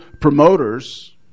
promoters